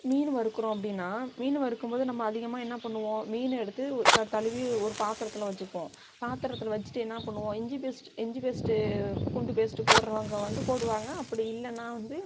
மீன் வறுக்கிறோம் அப்படின்னா மீன் வறுக்கும்போது நம்ம அதிகமாக என்ன பண்ணுவோம் மீனை எடுத்து கழுவி ஒரு பாத்திரத்துல வச்சிப்போம் பாத்திரத்துல வச்சிட்டு என்ன பண்ணுவோம் இஞ்சி பேஸ்ட் இஞ்சி பேஸ்ட் பூண்டு பேஸ்ட் போடுகிறவங்க வந்து போடுவாங்க அப்படி இல்லைன்னா வந்து